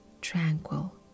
tranquil